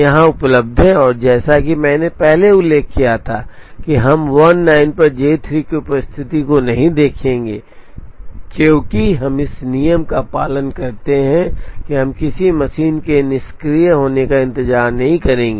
यहाँ उपलब्ध है और जैसा कि मैंने पहले उल्लेख किया था कि हम 19 पर J 3 की उपस्थिति को नहीं देखेंगे क्योंकि हम इस नियम का पालन करते हैं कि हम किसी मशीन के निष्क्रिय होने का इंतज़ार नहीं करेंगे